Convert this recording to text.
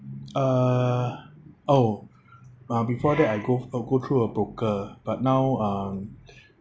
uh oh uh before that I go uh go through a broker but now um